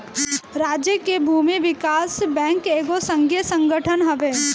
राज्य के भूमि विकास बैंक एगो संघीय संगठन हवे